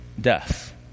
death